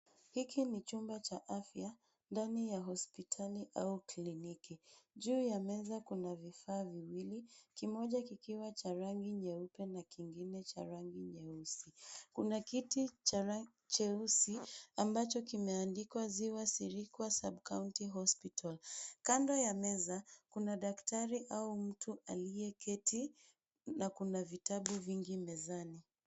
Hiki ni chumba cha afya ndani ya hospitali au kliniki. Juu ya meza kuna vifaa viwili, kimoja kikiwa cha rangi nyeupe na kingine cha rangi nyeusi. Kuna kiti cheusi ambacho kimeandikwa Ziwa Sirikwa County Hospital . Kando ya meza kuna daktari au mtu aliyeketi na kuna vitabu vingi mezani.